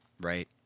right